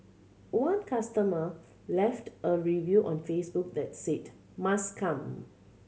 one customer left a review on Facebook that said 'must come'